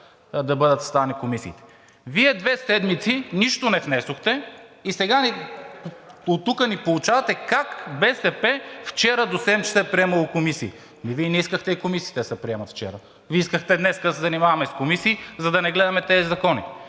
да бъдат съставени комисиите. Вие две седмици нищо не внесохте и сега оттук ни поучавате как „БСП за България“ вчера до седем часа е приемала комисии. Вие не искахте и комисиите да се приемат вчера – искахте днес да се занимаваме с комисии, за да не гледаме тези закони.